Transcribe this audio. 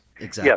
Yes